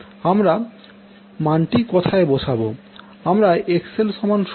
আমরা মানটি কোথায় বসাবো